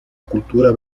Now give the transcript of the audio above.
cultura